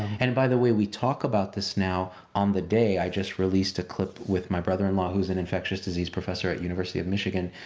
and by the we we talk about this now on the day. i just released a clip with my brother-in-law who's an infectious disease professor at university of michigan.